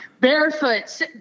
barefoot